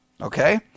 Okay